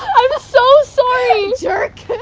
i am so sorry! jerk!